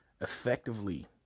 effectively